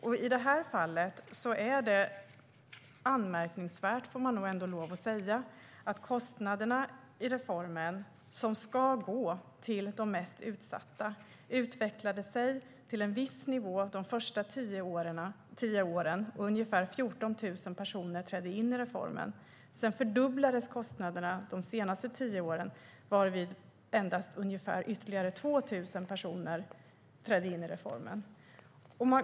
I det här fallet är det anmärkningsvärt, får man nog lov att säga, att kostnaderna i reformen, som ska gå till de mest utsatta, utvecklade sig till en viss nivå de första tio åren. Ungefär 14 000 personer trädde in i reformen. Sedan fördubblades kostnaderna de senaste tio åren då endast ungefär 2 000 personer ytterligare trädde in i reformen.